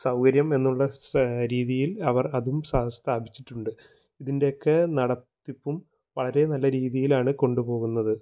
സൗകര്യം എന്നുള്ള രീതിയിൽ അവർ അതും സ്ഥാപിച്ചിട്ടുണ്ട് ഇതിൻ്റെയൊക്കെ നടത്തിപ്പും വളരെ നല്ല രീതിയിലാണ് കൊണ്ടു പോകുന്നത്